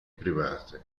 private